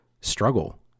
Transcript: struggle